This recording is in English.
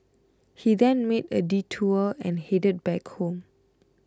he then made a detour and headed back home